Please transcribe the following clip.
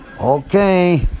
Okay